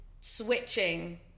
switching